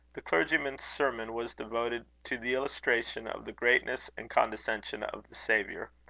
the clergyman's sermon was devoted to the illustration of the greatness and condescension of the saviour.